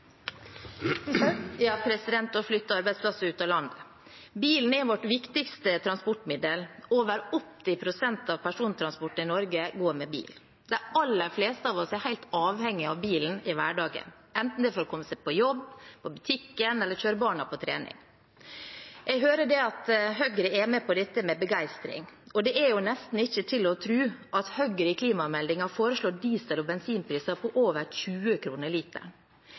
Ja – og flytte arbeidsplasser ut av landet! Bilen er vårt viktigste transportmiddel. Over 80 pst. av persontransporten i Norge går med bil. De aller fleste av oss er helt avhengige av bilen i hverdagen, enten det er for å komme seg på jobb, på butikken eller for å kjøre barna på trening. Jeg hører at Høyre er med på dette med begeistring. Det er jo nesten ikke til å tro at Høyre i klimameldingen foreslår diesel- og bensinpriser på over 20